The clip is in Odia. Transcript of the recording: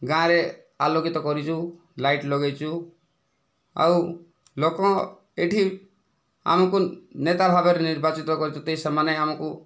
ଗାଁରେ ଆଲୋକିତ କରିଛୁ ଲାଇଟ୍ ଲଗେଇଛୁ ଆଉ ଲୋକ ଏ'ଠି ଆମକୁ ନେତା ଭାବରେ ନିର୍ବାଚିତ କରିଛନ୍ତି ସେମାନେ ଆମକୁ